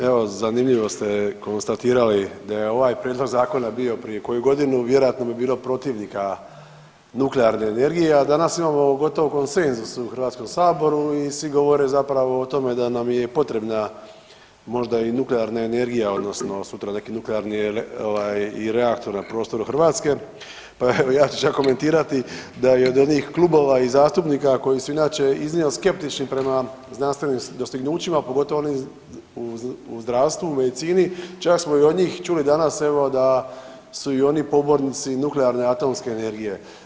Evo, zanimljivo ste konstatirali da je ovaj prijedlog Zakona bio prije koju godinu, vjerojatno bi bilo protivnika nuklearne energije, a danas imamo gotovo konsenzus u HS-u i svi govore zapravo o tome da nam je i potrebna možda i nuklearna energija, odnosno sutra neki nuklearni reaktor na prostoru Hrvatske, pa evo, ja ću čak komentirati da je od onih klubova i zastupnika koji su inače iznio skeptični prema znanstvenim dostignućima, pogotovo onim u zdravstvu i medicini, čak smo i od njih čuli danas, evo, da su i oni pobornici nuklearne atomske energije.